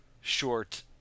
short